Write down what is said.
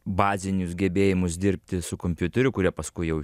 bazinius gebėjimus dirbti su kompiuteriu kurie paskui jau